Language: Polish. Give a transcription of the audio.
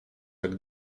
tak